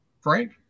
Frank